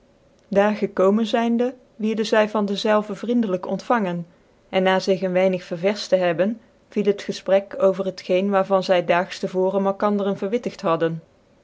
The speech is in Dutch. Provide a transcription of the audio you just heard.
daar gekomen zynde wierden zy van dezelve vricndclyk ontfangen en na zig een weinig ververfl te hebben viel het gefprek over het geen waar van zy daags te vooren malkandcren verwittigt hadden